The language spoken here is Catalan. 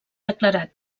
declarat